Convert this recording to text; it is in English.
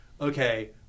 okay